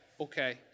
okay